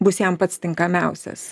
bus jam pats tinkamiausias